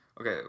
okay